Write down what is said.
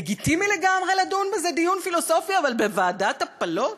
לגיטימי לגמרי לדון בזה דיון פילוסופי אבל בוועדת הפלות,